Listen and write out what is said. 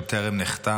עוד טרם נחתם,